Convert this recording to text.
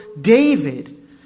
David